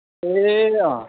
ए अँ